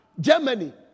Germany